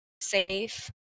safe